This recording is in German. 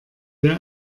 wir